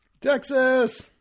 Texas